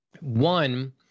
One